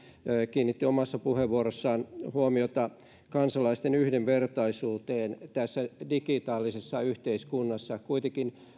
kiinnitti omassa puheenvuorossaan huomiota kansalaisten yhdenvertaisuuteen tässä digitaalisessa yhteiskunnassa kuitenkin